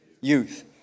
Youth